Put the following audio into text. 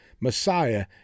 Messiah